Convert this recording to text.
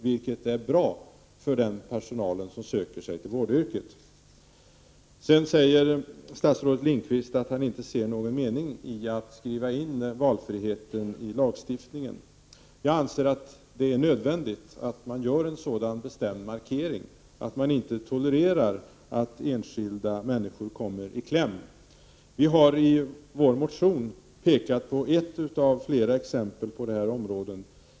Det är bra för den personal som söker sig till vårdyrket. Statsrådet Bengt Lindqvist säger vidare att han inte ser någon mening i att skriva in valfriheten i lagstiftningen. Jag anser att det är nödvändigt att man gör en sådan bestämd markering av att man inte tolererar att enskilda människor kommer i kläm. Vi har i vår motion pekat på ett av flera exempel som finns på det här området.